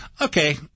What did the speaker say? Okay